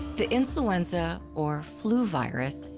the influenza, or flu virus,